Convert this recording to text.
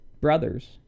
brothers